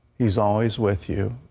he's always with you,